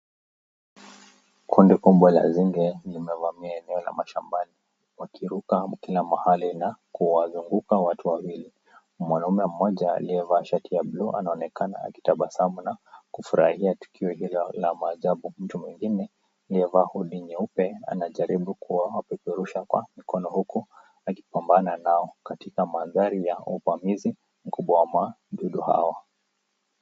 Kundi kubwa la nzige limevamia eneo la mashambani wakiruka kila mahali na kuwazunguka watu wawili. Mwanaume mmoja aliyevaa shati ya blue anaonekana akitabasamu na kufurahia tukio hilo la maajabu. Mtu mwingine aliyevaa hoodie nyeupe anajaribu kuwapeperusha kwa mikono huku akipambana nao katika mandhari ya uvamizi mkubwa wa wadudu hao.